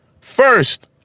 First